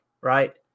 right